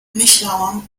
myślałam